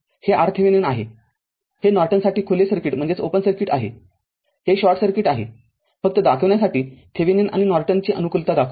हे RThevenin आहे हे नॉर्टनसाठी खुले सर्किट आहे हे शॉर्ट सर्किट आहे फक्त दाखविण्यासाठी थेविनिनआणि नॉर्टनची अनुकूलता दाखवा